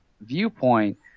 viewpoint